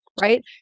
right